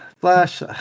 Flash